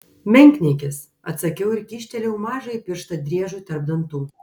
menkniekis atsakiau ir kyštelėjau mažąjį pirštą driežui tarp dantų